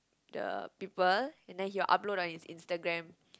the people and then he will upload on his instagram